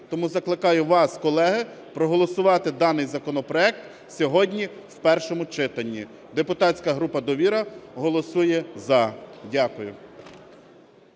Тому закликаю вас, колеги, проголосувати даний законопроект сьогодні в першому читанні. Депутатська група "Довіра" голосує "за". Дякую.